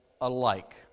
alike